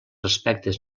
aspectes